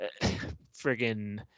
friggin